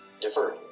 Deferred